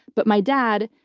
but my dad,